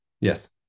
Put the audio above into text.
Yes